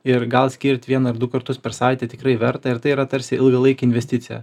ir gal skirt vieną ar du kartus per savaitę tikrai verta ir tai yra tarsi ilgalaikė investicija